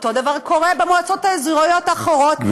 אותו דבר קורה במועצות האזוריות האחרות,